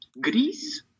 Greece